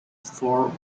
for